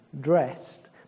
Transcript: dressed